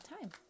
time